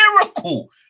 miracle